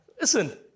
listen